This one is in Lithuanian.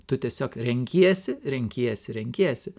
tu tiesiog renkiesi renkiesi renkiesi